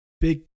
big